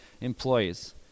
employees